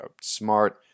smart